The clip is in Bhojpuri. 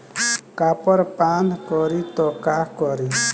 कॉपर पान करी त का करी?